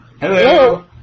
Hello